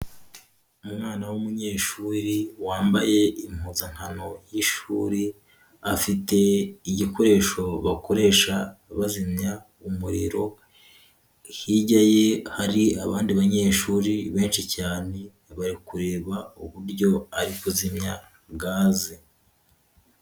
Umwana w'umunyeshuri wambaye impuzankano y'ishuri, afite igikoresho bakoresha bazimya umuriro, hirya ye hari abandi banyeshuri benshi cyane bari kureba uburyo ari kuzimya gaze.